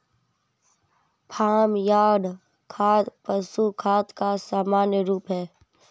farm yard खाद पशु खाद का सामान्य रूप है